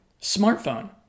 smartphone